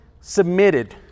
submitted